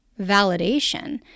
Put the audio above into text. validation